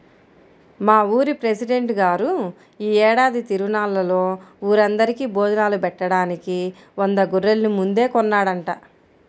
మా ఊరి పెసిడెంట్ గారు యీ ఏడాది తిరునాళ్ళలో ఊరందరికీ భోజనాలు బెట్టడానికి వంద గొర్రెల్ని ముందే కొన్నాడంట